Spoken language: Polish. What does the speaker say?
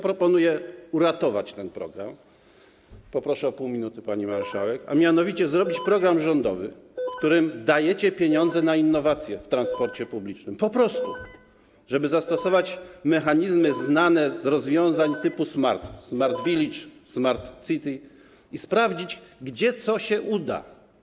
Proponuję uratować ten program - poproszę o pół minuty, pani marszałek - a mianowicie zrobić program rządowy, w którym dajecie pieniądze na innowacje w transporcie publicznym, po prostu, żeby zastosować mechanizmy znane z rozwiązań typu smart, smart village, smart city, i sprawdzić, gdzie co się uda.